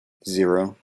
zero